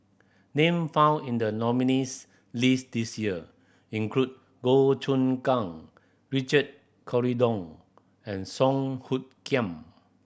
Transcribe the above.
name found in the nominees' list this year include Goh Choon Kang Richard Corridon and Song Hoot Kiam